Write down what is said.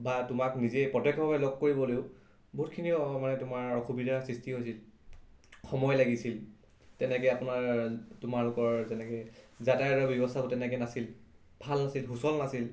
বা তোমাক নিজেই প্ৰত্যক্ষভাৱে লগ কৰিবলৈও বহুতখিনি মানে তোমাৰ অসুবিধাৰ সৃষ্টি হৈছিল সময় লাগিছিল তেনেকৈ আপোনাৰ তোমালোকৰ যেনেকৈ যাতায়তৰ ব্যৱস্থাটো তেনেকৈ নাছিল ভাল নাছিল সুচল নাছিল